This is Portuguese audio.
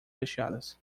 fechadas